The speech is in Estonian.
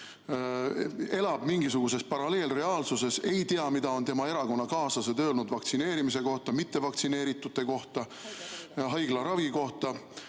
elab mingisuguses paralleelreaalsuses, ei tea, mida on tema erakonnakaaslased öelnud vaktsineerimise kohta, mittevaktsineeritute kohta ja haiglaravi kohta,